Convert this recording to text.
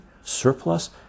surplus